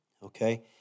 okay